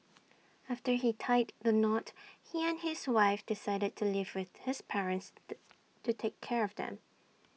after he tied the knot he and his wife decided to live with his parents to to take care of them